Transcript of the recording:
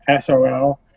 SOL